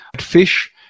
fish